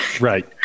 Right